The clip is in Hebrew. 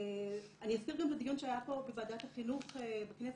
אני אזכיר גם את הדיון שהיה פה בוועדת החינוך בכנסת.